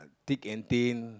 thick and thin